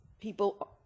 people